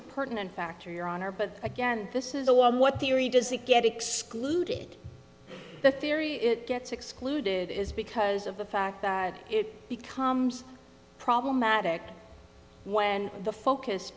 person and factor your honor but again this is all on what the theory does it get excluded the theory it gets excluded is because of the fact that it becomes problematic when the focus